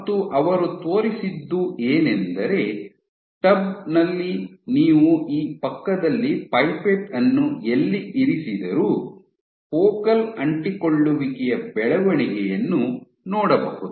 ಮತ್ತು ಅವರು ತೋರಿಸಿದ್ದು ಏನೆಂದರೆ ಟಬ್ ನಲ್ಲಿ ನೀವು ಈ ಪಕ್ಕದಲ್ಲಿ ಪೈಪೆಟ್ ಅನ್ನು ಎಲ್ಲಿ ಇರಿಸಿದರೂ ಫೋಕಲ್ ಅಂಟಿಕೊಳ್ಳುವಿಕೆಯ ಬೆಳವಣಿಗೆಯನ್ನು ನೋಡಬಹುದು